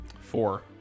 Four